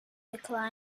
the